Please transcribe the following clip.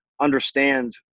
understand